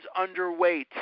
underweight